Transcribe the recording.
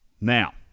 Now